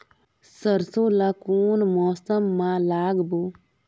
सरसो ला कोन मौसम मा लागबो?